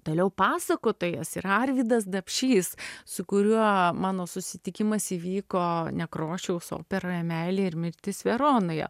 toliau pasakotojas yra arvydas dapšys su kuriuo mano susitikimas įvyko nekrošiaus operoje meilė ir mirtis veronoje